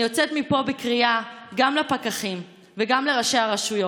אני יוצאת מפה בקריאה גם לפקחים וגם לראשי הרשויות: